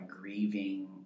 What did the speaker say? grieving